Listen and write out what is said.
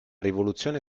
rivoluzione